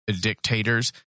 dictators